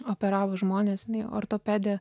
operavo žmones jinai ortopedė